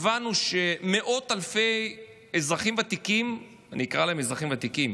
הבנו שמאות אלפי אזרחים ותיקים,